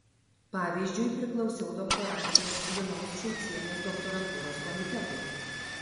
pavyzdžiui priklausiau doktorantės linos šulcienės doktorantūros komitetui